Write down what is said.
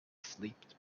slipped